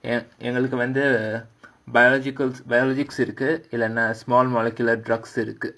எங்களுக்கு வந்து:engalukku vandhu biological biologics இருக்கு இல்லனா:irukku illanaa small molecular drugs இருக்கு:irukku